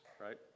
Right